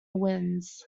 winds